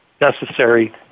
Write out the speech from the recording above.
necessary